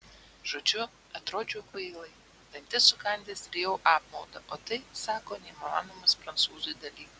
žodžiu atrodžiau kvailai dantis sukandęs rijau apmaudą o tai sako neįmanomas prancūzui dalykas